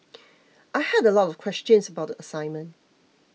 I had a lot of questions about the assignment